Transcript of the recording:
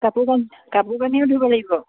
কাপোৰ কান কাপোৰ কানিও ধুব লাগিব